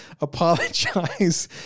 apologize